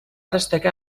destacar